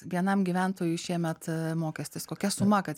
vienam gyventojui šiemet mokestis kokia suma kad